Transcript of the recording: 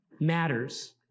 matters